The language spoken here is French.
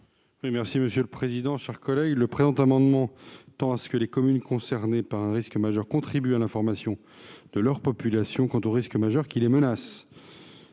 Quel est l'avis de la commission ? Le présent amendement tend à ce que les communes concernées par un risque majeur contribuent à l'information de leur population quant au risque majeur qui les menace.